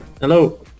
hello